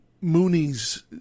Mooney's